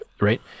right